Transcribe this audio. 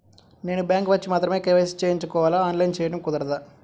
నేను బ్యాంక్ వచ్చి మాత్రమే కే.వై.సి చేయించుకోవాలా? ఆన్లైన్లో చేయటం కుదరదా?